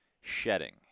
Shedding